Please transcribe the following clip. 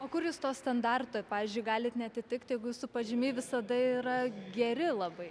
o kur jūs to standarto pavyzdžiui galit neatitikt jeigu jūsų pažymiai visada yra geri labai